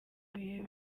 bihe